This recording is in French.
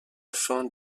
fin